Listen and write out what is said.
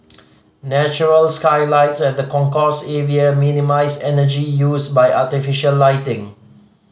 natural skylights at the concourse area minimise energy used by artificial lighting